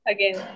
Again